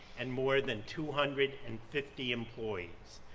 and more than two hundred and fifty employees.